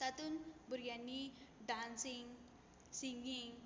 तातून भुरग्यांनी dancing singing